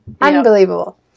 unbelievable